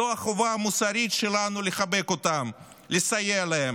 זו החובה המוסרית שלנו לחבק אותם, לסייע להם.